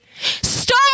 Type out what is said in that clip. Stop